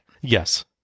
Yes